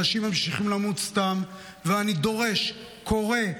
אנשים ממשיכים למות סתם, ואני דורש, קורא,